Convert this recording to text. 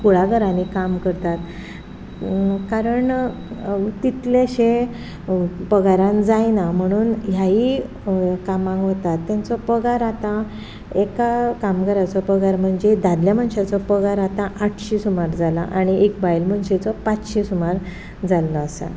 कुळागरांनी काम करतात कारण तितलेशे पगारान जायना म्हणून ह्यायी कामांक वतात तेंचो पगार आतां एका कामगाराचो पगार म्हणजे दादल्या मनशाचो पगार आतां आटशें सुमार जाला आनी एक बायल मनशेचो पांचशें सुमार जाल्लो आसा